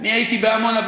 אני הייתי בעמונה.